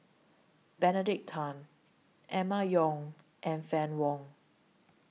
Benedict Tan Emma Yong and Fann Wong